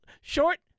short